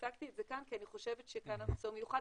הצגתי את זה כאן כי אני חושבת שכאן הנושא הוא מיוחד,